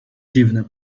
dziwne